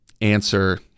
answer